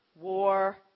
war